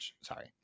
Sorry